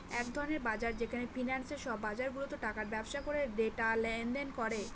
এক ধরনের বাজার যেখানে ফিন্যান্সে সব বাজারগুলাতে টাকার ব্যবসা করে ডেটা লেনদেন করে